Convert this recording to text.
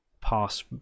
pass